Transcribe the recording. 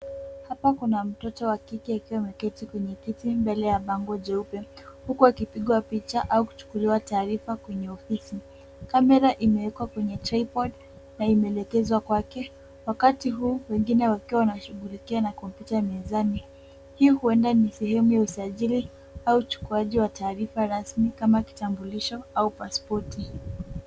Hapa kuna mtoto wa kike akiwa ameketi kwenye kiti mbele ya bango jeupe huku akipigwa picha au kuchukuliwa taarifa kwenye ofisi. Kamera imewekwa kwenye tripod na imeelekezwa kwake wakati huu wengine wakiwa wanashughulikia na kompyuta mezani. Hii huenda ni sehemu ya usajili au uchukuaji wa taarifa rasmi kama kitambulisho au pasipoti.